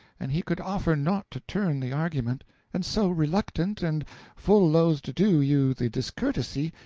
and he could offer naught to turn the argument and so, reluctant, and full loth to do you the discourtesy,